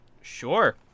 Sure